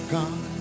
God